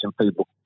people